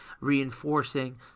reinforcing